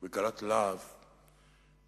וקלת להב ועצבנית,